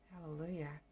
Hallelujah